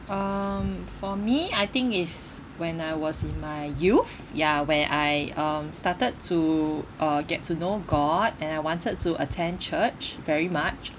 um for me I think is when I was in my youth ya where I um started to uh get to know god and I wanted to attend church very much